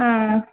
മ്മ്